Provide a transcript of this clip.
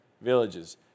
villages